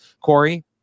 Corey